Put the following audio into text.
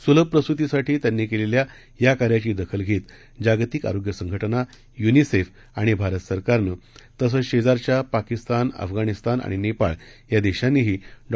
सुलभ प्रसूतीसाठी व्हावी यासाठी त्यांनी केलेल्या या कार्याची दखल घेत जागतिक आरोग्य संघटना युनिसेफ आणि भारत सरकारनं तसंच शेजारच्या पाकिस्तान अफगाणिस्तान आणि नेपाळ या देशांनीही डॉ